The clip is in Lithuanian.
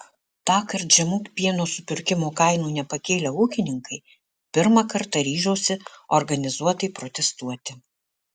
tąkart žemų pieno supirkimo kainų nepakėlę ūkininkai pirmą kartą ryžosi organizuotai protestuoti